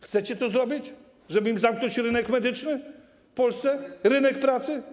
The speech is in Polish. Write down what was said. Chcecie to zrobić, żeby im zamknąć rynek medyczny w Polsce, rynek pracy?